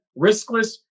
riskless